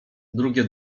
drugie